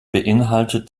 beinhaltet